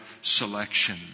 selection